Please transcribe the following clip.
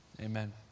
Amen